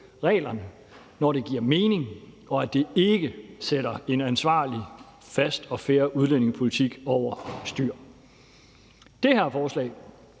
når det giver mening og det ikke sætter en ansvarlig, fast og fair udlændingepolitik over styr. Med det her forslag